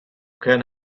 can